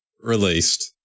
released